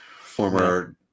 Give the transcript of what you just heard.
former